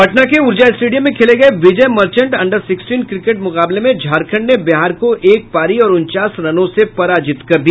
पटना के ऊर्जा स्टेडियम में खेले गये Vijay Merchant under sixteen cricket मुकाबले में झारखण्ड ने बिहार को एक पारी और उनचास रनों से पराजित कर दिया